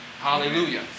Hallelujah